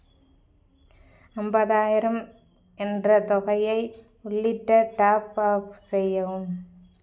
ஐம்பதாயிரம் என்ற தொகையை உள்ளிட்ட டாப் ஆப் செய்யவும்